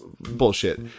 bullshit